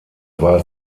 war